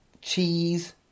Cheese